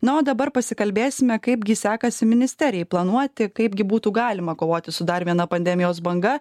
na o dabar pasikalbėsime kaipgi sekasi ministerijai planuoti kaipgi būtų galima kovoti su dar viena pandemijos banga